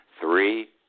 Three